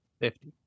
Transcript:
Fifty